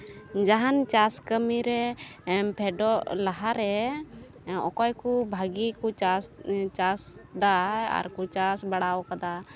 ᱡᱟᱦᱟᱱ ᱪᱟᱥ ᱠᱟᱹᱢᱤᱨᱮ ᱯᱷᱮᱰᱚᱜ ᱞᱟᱦᱟᱨᱮ ᱚᱠᱚᱭ ᱠᱚ ᱵᱷᱟᱹᱜᱤ ᱠᱚ ᱪᱟᱥ ᱪᱟᱥᱫᱟ ᱟᱨᱠᱚ ᱪᱟᱥ ᱵᱟᱲᱟᱣ ᱠᱟᱫᱟ